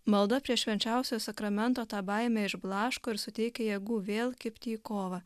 malda prie švenčiausiojo sakramento tą baimę išblaško ir suteikia jėgų vėl kibti į kovą